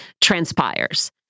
transpires